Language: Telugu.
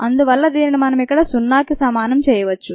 అందువల్ల దీనిని మనం ఇక్కడ సున్నాకి సమానం చేయవచ్చు